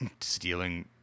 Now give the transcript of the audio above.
stealing